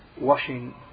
washing